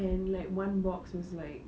and like one box was like